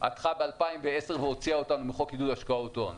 הלכה ב-2010 והוציאה אותנו מחוק עידוד השקעות הון.